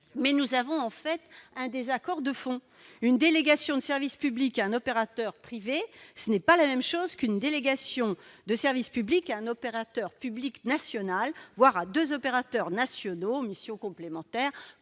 nous avons un désaccord de fond : une délégation de service public à un opérateur privé, ce n'est pas la même chose qu'une délégation de service public à un opérateur public national, voire à deux opérateurs nationaux aux missions complémentaires,